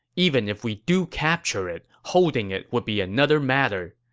even if we do capture it, holding it would be another matter.